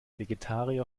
vegetarier